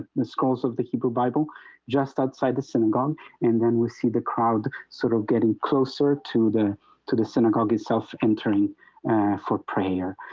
the scrolls of the hebrew bible just outside the synagogue and then we see the crowd sort of getting closer to the to the synagogue itself entering, ah for prayer.